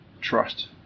trust